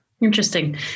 Interesting